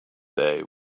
day